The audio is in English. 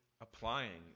applying